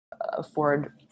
afford